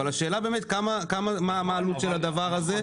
השאלה היא מה העלות של הדבר הזה,